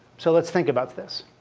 so let's think about this.